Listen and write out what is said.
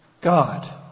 God